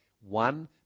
One